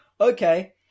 okay